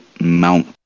Mount